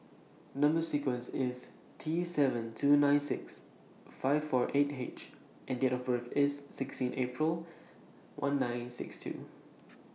Number sequence IS T seven two nine six five four eight H and Date of birth IS sixteen April one nine six two